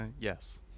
yes